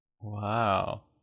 Wow